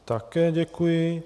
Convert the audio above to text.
Také děkuji.